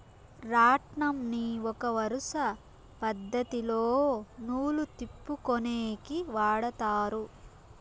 రాట్నంని ఒక వరుస పద్ధతిలో నూలు తిప్పుకొనేకి వాడతారు